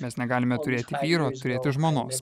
mes negalime turėti vyro turėti žmonos